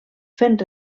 fent